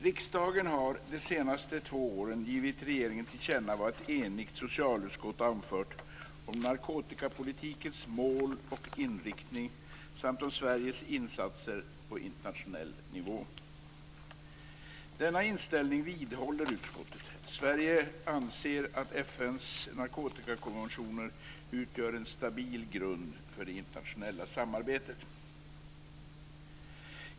Riksdagen har de senaste två åren givit regeringen till känna vad ett enigt socialutskott har anfört om narkotikapolitikens mål och inriktning samt om Sveriges insatser på internationell nivå. Denna inställning vidhåller utskottet. Sverige anser att FN:s narkotikakonventioner utgör en stabil grund för det internationella samarbetet.